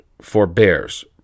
forbears